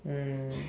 mm